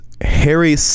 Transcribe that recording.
Harry